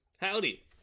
howdy